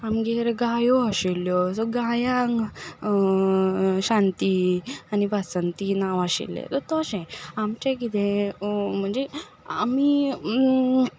आमगेर गायो आशिल्ल्यो सो गांयांक शांती आनी वासंती नांव आशिल्लें तर तशें आमचें कितें म्हणजे आमी